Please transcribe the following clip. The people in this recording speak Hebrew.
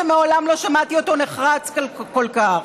שמעולם לא שמעתי אותו נחרץ כל כך,